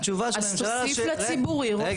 התשובה של הממשלה --- אז תוסיף לציבורי רופאים.